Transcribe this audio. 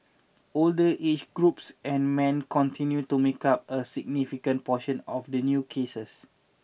older aged groups and men continued to make up a significant proportion of the new cases